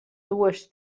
dues